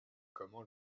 comment